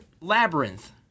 Labyrinth